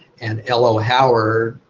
and lo howard,